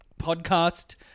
podcast